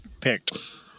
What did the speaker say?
picked